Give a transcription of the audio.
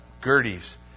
Gertie's